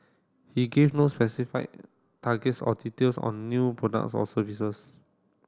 he gave no specified targets or details on new products or services